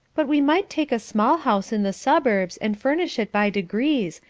but we might take a small house in the suburbs and furnish it by degrees,